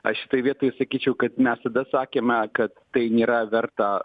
aš šitoj vietoj sakyčiau kad mes sakėme kad tai nėra verta